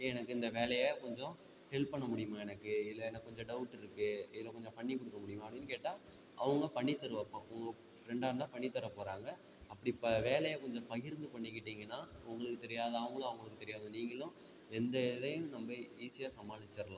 ஏ எனக்கு இந்த வேலையை கொஞ்சம் ஹெல்ப் பண்ண முடியுமா எனக்கு இல்லை எனக்கு கொஞ்சம் டவுட் இருக்கு இதில் கொஞ்சம் பண்ணி கொடுக்க முடியுமா அப்படின்னு கேட்டால் அவங்க பண்ணி தருவாங்க உங்கள் ஃப்ரெண்டாக இருந்தால் பண்ணி தர்றப்போகறாங்க அப்படி ப வேலையை கொஞ்சம் பகிர்ந்து பண்ணிக்கிட்டிங்கன்னா உங்களுக்கு தெரியாத அவங்களும் அவங்களுக்கு தெரியாத நீங்களும் எந்த இதையும் நம்ப ஈஸியாக சமாளிச்சிரலாம்